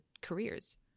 careers